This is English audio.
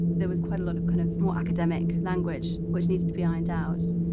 there was quite a lot of kind of more academic language which needed to be ironed out.